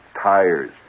tires